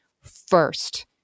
first